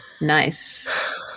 Nice